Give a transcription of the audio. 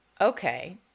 Okay